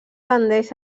tendeix